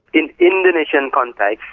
in indonesian context,